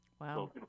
Wow